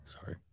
Sorry